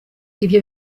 ibyo